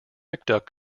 mcduck